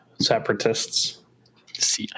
separatists